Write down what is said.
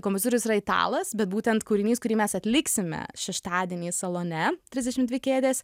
kompozitorius yra italas bet būtent kūrinys kurį mes atliksime šeštadienį salone trisdešim dvi kėdės